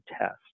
test